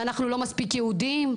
ואנחנו לא מספיק יהודים,